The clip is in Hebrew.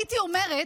הייתי אומרת: